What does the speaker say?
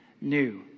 new